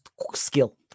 skill